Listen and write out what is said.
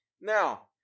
Now